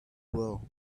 well